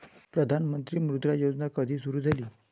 प्रधानमंत्री मुद्रा योजना कधी सुरू झाली?